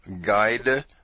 Guide